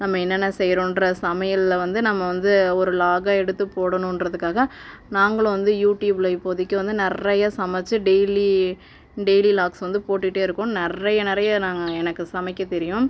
நம்ம என்னென்ன செய்கிறோன்ற சமையலில் வந்து நம்ம வந்து ஒரு லாகாக எடுத்து போடணுன்றதுக்காக நாங்களும் வந்து யூடியூபில் இப்போதைக்கு வந்து நிறையா சமைத்து டெய்லி டெய்லி லாக்ஸ் வந்து போட்டுகிட்டே இருக்கோம் நிறைய நிறைய நாங்கள் எனக்கு சமைக்க தெரியும்